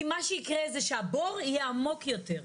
כי מה שיקרה זה שהבור יהיה עמוק יותר.